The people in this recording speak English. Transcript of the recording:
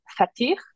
fatir